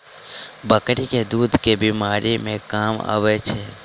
बकरी केँ दुध केँ बीमारी मे काम आबै छै?